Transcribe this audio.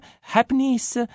happiness